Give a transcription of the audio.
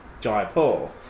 Jaipur